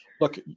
look